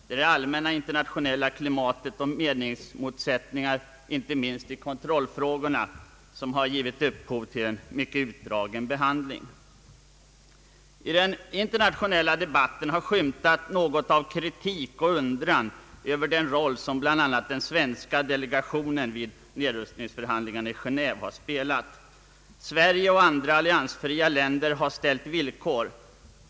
Det är det allmänna internationella klimatet och meningsmotsättningarna, inte minst i kontrollfrågorna, som givit upphov till en mycket utdragen behandling. I den internationella debatten har skymtat något av kritik eller undran över den roll som bl.a. den svenska delegationen spelat vid nedrustningsförhandlingarna i Genéve. Sverige och andra alliansfria länder har ställt villkor.